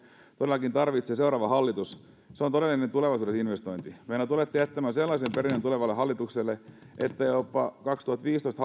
todellakin tarvitsee seuraava hallitus se on todellinen tulevaisuuden investointi meinaan tulette jättämään sellaisen perinnön tulevalle hallitukselle että jopa kaksituhattaviisitoista